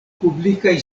publikaj